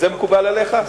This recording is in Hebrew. זה מקובל עליך?